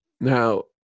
Now